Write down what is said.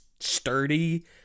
sturdy